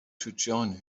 join